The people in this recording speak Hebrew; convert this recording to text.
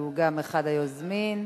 שהוא גם אחד היוזמים.